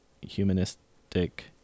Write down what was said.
humanistic